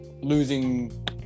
losing